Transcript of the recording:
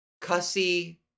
cussy